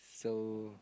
so